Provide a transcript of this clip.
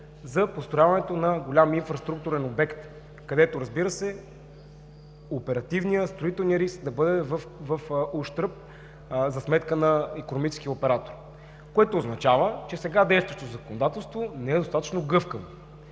за построяването на голям инфраструктурен обект, където, разбира се, оперативният, строителният риск да бъде в ущърб – за сметка на икономическия оператор, което означава, че сега действащото законодателство не е достатъчно гъвкаво.